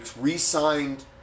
re-signed